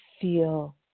feel